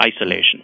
isolation